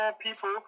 people